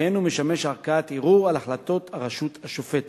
ואין הוא משמש ערכאת ערעור על החלטות הרשות השופטת.